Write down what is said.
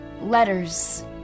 letters